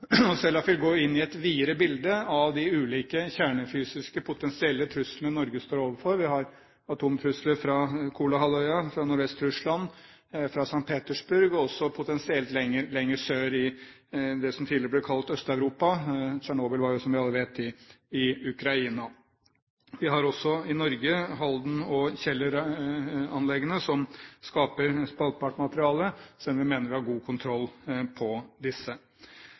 inn i et videre bilde av de ulike kjernefysiske potensielle truslene Norge står overfor. Vi har atomtrusler fra Kolahalvøya, fra Nordvest-Russland, fra St. Petersburg og også potensielt lenger sør, i det som tidligere ble kalt Øst-Europa. Tsjernobyl er jo som vi alle vet, i Ukraina. I Norge har vi anleggene i Halden og på Kjeller som skaper spaltbart materiale, selv om vi mener at vi har god kontroll på disse.